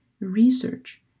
research